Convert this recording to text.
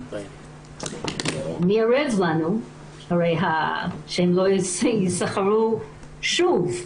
מי ערב לנו שהם לא ייסחרו שוב.